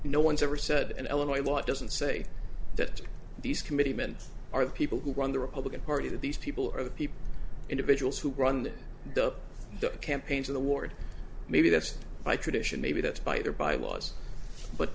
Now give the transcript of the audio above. no one's ever said and illinois law it doesn't say that these committeeman are the people who run the republican party that these people are the people individuals who run the campaigns in the ward maybe that's my tradition maybe that's by the by laws but